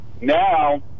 Now